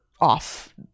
off